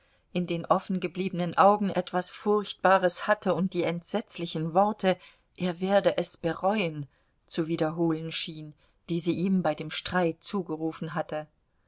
in den offen gebliebenen augen etwas furchtbares hatte und die entsetzlichen worte er werde es bereuen zu wiederholen schien die sie ihm bei dem streit zugerufen hatte